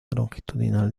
longitudinal